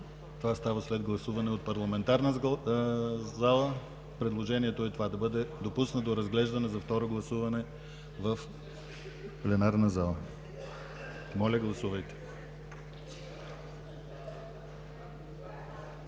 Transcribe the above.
това става след гласуване от парламентарната зала. Предложението е това – да бъде допуснат до разглеждане за второ гласуване в пленарната зала. Моля, гласувайте.